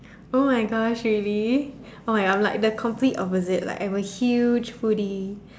oh-my-Gosh really oh I'm like the complete opposite like I'm a huge food